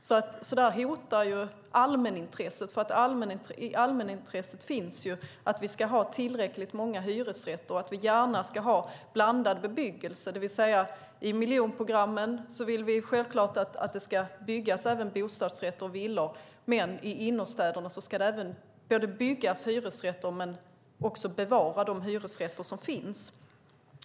Det här hotar allmänintresset, för i allmänintresset ligger att vi ska ha tillräckligt många hyresrätter och att vi gärna ska ha blandad bebyggelse. I miljonprogramsområden vill vi självklart att det även ska byggas bostadsrätter och villor. I innerstäderna ska det byggas hyresrätter, men man ska också bevara de hyresrätter som finns.